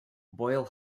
boyle